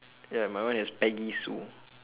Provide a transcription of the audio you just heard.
ya my one has peggy sue